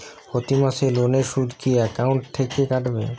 প্রতি মাসে লোনের সুদ কি একাউন্ট থেকে কাটবে?